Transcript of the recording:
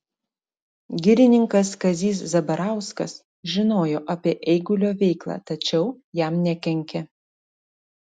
girininkas kazys zabarauskas žinojo apie eigulio veiklą tačiau jam nekenkė